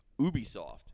Ubisoft